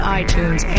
iTunes